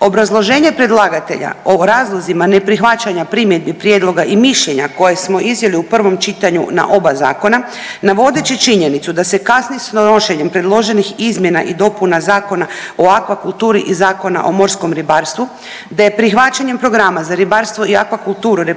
Obrazloženje predlagatelja o razlozima neprihvaćanja primjedbi, prijedloga i mišljenja koje smo iznijeli u prvom čitanju na oba zakona, navodeći činjenicu da se kasni s donošenjem predloženih izmjena i dopuna Zakona o akvakulturi i Zakona o morskom ribarstvu, da je prihvaćanjem Programa za ribarstvo i akvakulturu RH